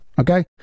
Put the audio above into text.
Okay